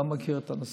אני לא מכיר את הנושא.